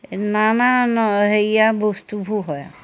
এই নানান হেৰিয়াৰ বস্তুবোৰ হয় আৰু